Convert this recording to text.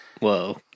Whoa